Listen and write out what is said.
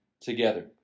together